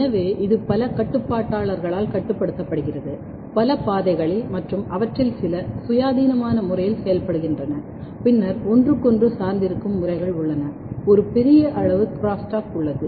எனவே இது பல கட்டுப்பாட்டாளர்களால் கட்டுப்படுத்தப்படுகிறது பல பாதைகளில் மற்றும் அவற்றில் சில சுயாதீனமான முறையில் செயல்படுகின்றன பின்னர் ஒன்றுக்கொன்று சார்ந்திருக்கும் முறைகள் உள்ளன ஒரு பெரிய அளவு க்ராஸ்டாக் உள்ளது